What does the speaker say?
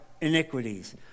iniquities